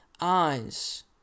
eyes